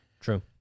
True